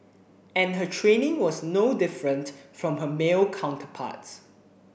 and her training was no different from her male counterparts